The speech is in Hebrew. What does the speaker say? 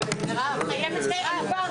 ננעלה בשעה